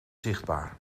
zichtbaar